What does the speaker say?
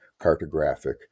cartographic